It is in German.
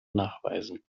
nachweisen